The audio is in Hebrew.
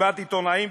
מסיבת עיתונאים,